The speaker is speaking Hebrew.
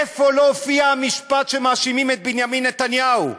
איפה לא הופיע המשפט שמאשימים את בנימין נתניהו?